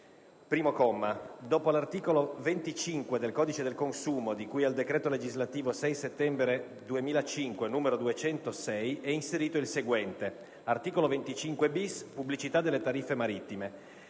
1. Dopo l'articolo 25 del codice del consumo di cui al decreto legislativo 6 settembre 2005, n. 206, è inserito il seguente: «Art. 25-*bis*. - *(Pubblicità delle tariffe marittime)*.